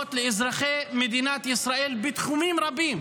תשובות עליהן לאזרחי מדינת ישראל, בתחומים רבים.